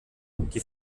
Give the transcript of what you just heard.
die